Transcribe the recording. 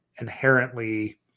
inherently